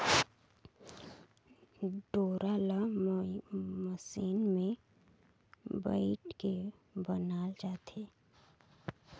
डोरा ल मसीन मे बइट के बनाल जाथे